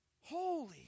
holy